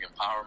empowerment